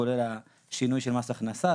כולל השינוי של מס הכנסה.